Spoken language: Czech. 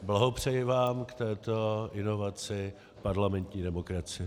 Blahopřeji vám k této inovaci parlamentní demokracie!